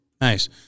Nice